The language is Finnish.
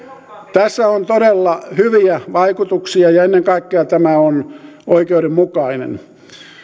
tässä on todella hyviä vaikutuksia ja ennen kaikkea tämä on oikeudenmukainen